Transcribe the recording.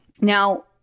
Now